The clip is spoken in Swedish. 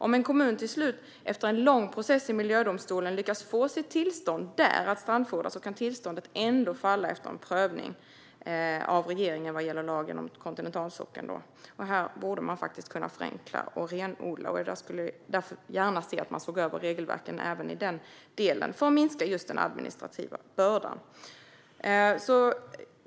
Om en kommun till slut efter en lång process i miljödomstolen där lyckas få sitt tillstånd att strandfodra kan tillståndet ändå falla efter en prövning av regeringen vad gäller lagen om kontinentalsockeln. Här borde man kunna förenkla och renodla. Jag skulle därför gärna se att man såg över regelverken även i denna del för att minska den administrativa bördan.